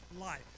life